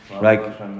right